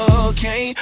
okay